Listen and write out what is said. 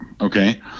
Okay